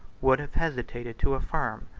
would have hesitated to affirm,